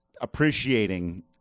appreciating